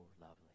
lovely